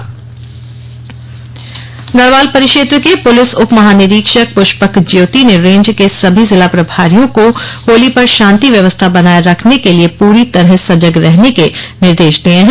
शांति व्यवस्था गढवाल परिक्षेत्र के पुलिस उपमहानिरीक्षक पृष्पक ज्योति ने रेन्ज के सभी जिला प्रभारियों को होली पर शांति व्यवस्था बनाये रखने के लिए पूरी तरह सजग रहने के निर्देश दिए हैं